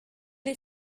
est